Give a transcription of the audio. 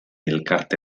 elkarte